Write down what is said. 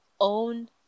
own